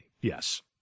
yes